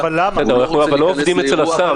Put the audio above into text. אנחנו לא עובדים אצל השר.